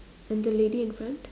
and the lady in front